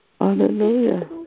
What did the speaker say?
Hallelujah